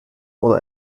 oder